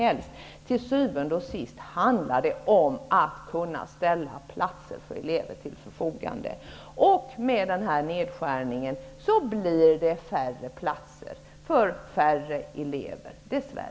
Till syvende och sist handlar det om att kunna ställa platser för elever till förfogande. Med denna nedskärning blir det dess värre färre platser för färre elever.